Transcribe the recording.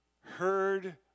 heard